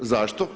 Zašto?